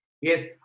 Yes